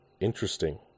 Interesting